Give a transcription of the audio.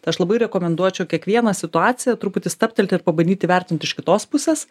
tai aš labai rekomenduočiau kiekvieną situaciją truputį stabtelti ir pabandyti įvertint iš kitos pusės